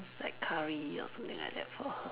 like curry or something like that for her